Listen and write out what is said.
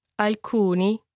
Alcuni